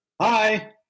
Hi